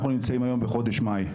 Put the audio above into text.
אנחנו נמצאים היום בחודש מאי,